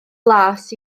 las